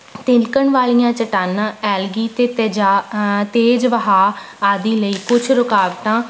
ਤਿਲਕਣ ਵਾਲੀਆਂ ਚੱਟਾਨਾਂ ਐਲਗੀ ਅਤੇ ਤੇਜਾ ਤੇਜ਼ ਵਹਾਅ ਆਦਿ ਲਈ ਕੁਛ ਰੁਕਾਵਟਾਂ